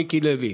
מיקי לוי,